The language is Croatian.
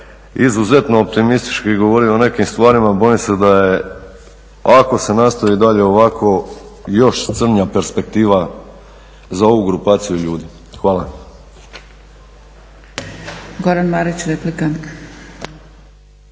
izuzetno optimistički govorio o nekim stvarima bojim se da je ako se nastavi dalje ovako još crnja perspektiva za ovu grupaciju ljudi. Hvala.